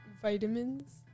vitamins